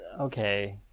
okay